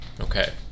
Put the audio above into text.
Okay